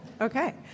Okay